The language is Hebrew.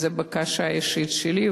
זאת בקשה אישית שלי,